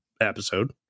episode